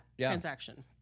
transaction